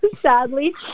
sadly